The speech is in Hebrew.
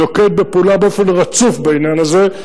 נוקט פעולה באופן רצוף בעניין הזה,